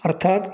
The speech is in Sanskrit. अर्थात्